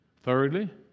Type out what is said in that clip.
Thirdly